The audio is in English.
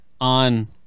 on